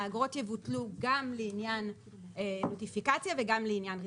האגרות יבוטלו גם לעניין נוטיפיקציה וגם לעניין רישיון.